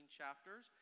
chapters